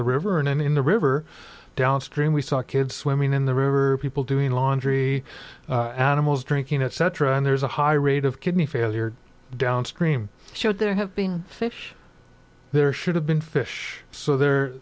the river and in the river downstream we saw kids swimming in the river people doing laundry animals drinking etc and there's a high rate of kidney failure downstream showed there have been fish there should have been fish so the